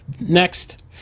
Next